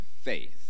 faith